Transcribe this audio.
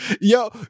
Yo